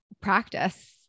practice